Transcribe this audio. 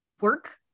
work